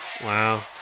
Wow